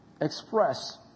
express